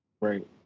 Right